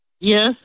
Yes